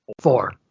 Four